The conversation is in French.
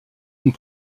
une